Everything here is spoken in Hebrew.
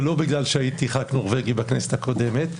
ולא בגלל שהייתי חבר כנסת נורבגי בכנסת הקודמת,